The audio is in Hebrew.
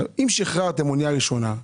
אם שחררתם אוניה ראשונה,